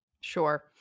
Sure